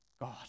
God